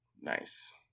Nice